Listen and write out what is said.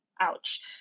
Ouch